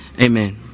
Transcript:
amen